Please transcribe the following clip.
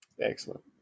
Excellent